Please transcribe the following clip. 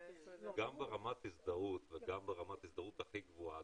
גם ברמת הזדהות וגם ברמת הזדהות הכי גבוהה,